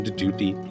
duty